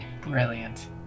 Brilliant